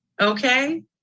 Okay